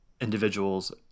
individuals